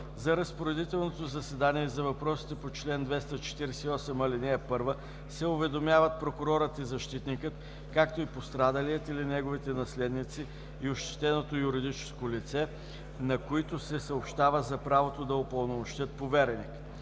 За разпоредителното заседание и за въпросите по чл. 248, ал. 1 се уведомяват прокурорът и защитникът, както и пострадалият или неговите наследници и ощетеното юридическо лице, на които се съобщава за правото да упълномощят повереник.